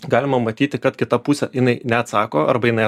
galima matyti kad kita pusė jinai neatsako arba jinai